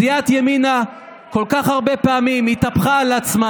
סיעת ימינה כל כך הרבה פעמים התהפכה על עצמה,